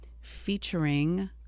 featuring